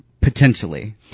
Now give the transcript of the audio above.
potentially –